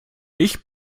ich